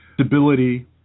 stability